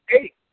eight